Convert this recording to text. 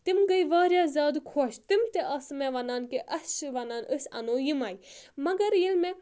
تِم گٔے واریاہ زیادٕ خۄش تِم تہِ ٲسہٕ مےٚ وَنان کہِ اَسہِ چھِ وَنان أسۍ اَنو یِمَے مگر ییٚلہِ مےٚ